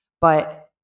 but-